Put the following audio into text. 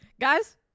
guys